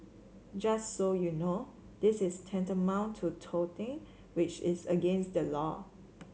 just so you know this is tantamount to touting which is against the law